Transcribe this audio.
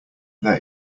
there